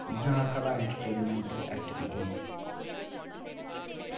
इयै साढ़ा entertainment activities